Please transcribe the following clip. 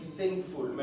thankful